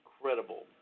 incredible